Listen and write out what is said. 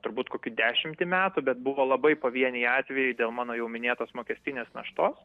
turbūt kokių dešimtį metų bet buvo labai pavieniai atvejai dėl mano jau minėtos mokestinės naštos